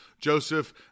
Joseph